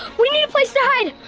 we need a place to hide!